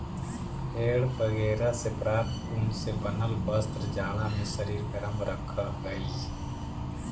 भेड़ बगैरह से प्राप्त ऊन से बनल वस्त्र जाड़ा में शरीर गरम रखऽ हई